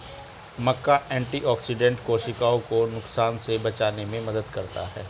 मक्का antioxidant कोशिकाओं को नुकसान से बचाने में मदद करता है